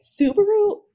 Subaru